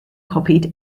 copied